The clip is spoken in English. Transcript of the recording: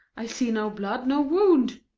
i see no blood, no wound.